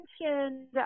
mentioned